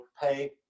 pay